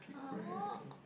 !huh!